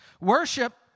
Worship